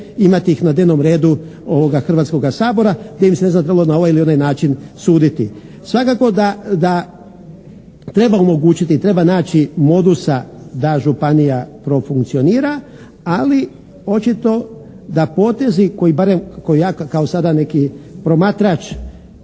imati ih na dnevnom redu ovoga Hrvatskoga sabora te im se na ovaj ili onaj način suditi. Svakako da treba omogućiti i treba naći modusa da županija profunkcionira ali očito da potezi koji barem, koji ja kao sada neki promatrač